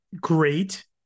great